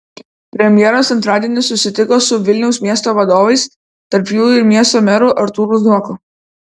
premjeras antradienį susitiko su vilniaus miesto vadovais tarp jų ir miesto meru artūru zuoku